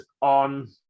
on